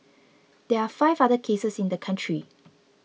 there are five other cases in the country